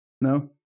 No